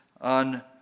on